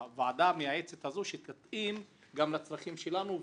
לוועדה המייעצת הזו שתתאים גם לצרכים שלנו,